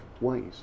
ways